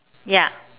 ya